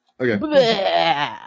okay